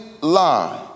lie